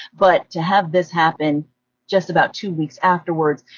but to have this happen just about two weeks afterwards,